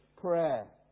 prayer